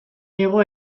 hego